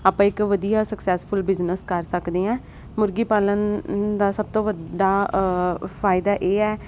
ਆਪਾਂ ਇੱਕ ਵਧੀਆ ਸਕਸੈਸਫੁਲ ਬਿਜ਼ਨਸ ਕਰ ਸਕਦੇ ਆਂ ਮੁਰਗੀ ਪਾਲਣ ਦਾ ਸਭ ਤੋਂ ਵੱਡਾ ਫਾਇਦਾ ਇਹ ਹੈ